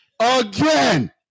Again